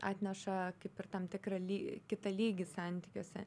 atneša kaip ir tam tikrą ly kitą lygį santykiuose